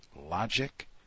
logic